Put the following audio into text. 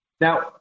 Now